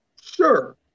Sure